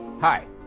Hi